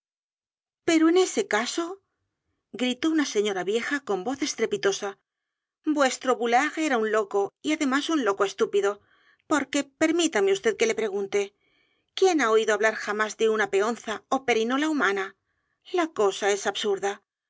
pero en ese caso gritó una señora vieja con voz estrepitosa vuestro boulard era un loco y además un loco estúpido porque permítame vd que le pregunte quién ha oído hablar jamás de una peonza ó perinola humana lacosaes absurda